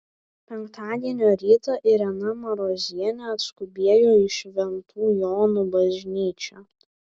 penktadienio rytą irena marozienė atskubėjo į šventų jonų bažnyčią